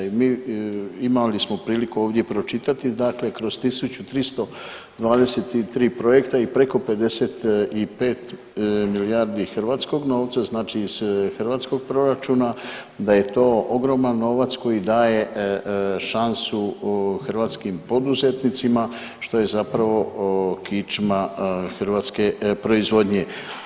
I mi imali smo priliku ovdje pročitati dakle kroz 1.323 projekta i preko 55 milijardi hrvatskog novca znači iz hrvatskog proračuna da je to ogroman novac koji daje šansu hrvatskim poduzetnicima što je zapravo kičma hrvatske proizvodnje.